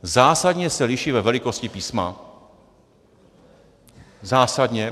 Zásadně se liší ve velikosti písma, zásadně.